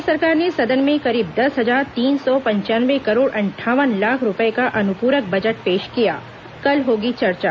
प्रदेश सरकार ने सदन में करीब दस हजार तीन सौ पंचानवे करोड़ अंठावन लाख रूपये का अनुप्रक बजट पेश किया कल होगी चर्चा